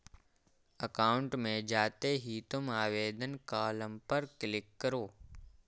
account में जाते ही तुम आवेदन कॉलम पर क्लिक करो